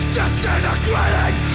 Disintegrating